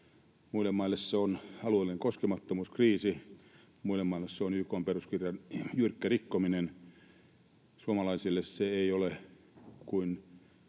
Muille maille se on alueellisen koskemattomuuden kriisi. Muille maille se on YK:n peruskirjan jyrkkä rikkominen. Suomalaisille se ei ole kuin